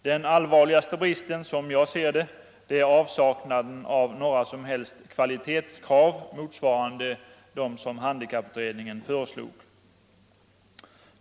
Den allvarligaste bristen är, som jag ser det, den totala avsaknaden av kvalitetskrav motsvarande dem som handikapputredningen föreslog.